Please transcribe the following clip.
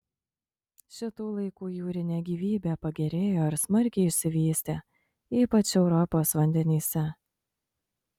šitų laikų jūrinė gyvybė pagerėjo ir smarkiai išsivystė ypač europos vandenyse